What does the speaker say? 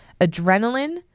Adrenaline